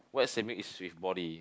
wet swimming is with body